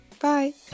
bye